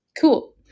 cool